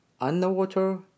underwater